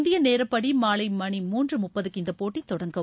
இந்திய நேரப்படி மாலை மணி மூன்று முப்பதுக்கு இந்தப்போட்டி தொடங்கும்